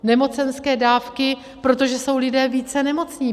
Nemocenské dávky, protože jsou lidé více nemocní.